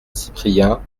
cyprien